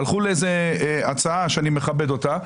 הלכו לאיזו הצעה שאני מכבד אותה.